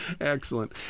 Excellent